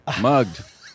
mugged